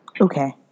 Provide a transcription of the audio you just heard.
Okay